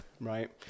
Right